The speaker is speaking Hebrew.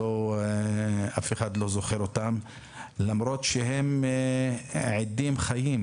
ואף אחד לא זוכר אותם למרות שהם עדים חיים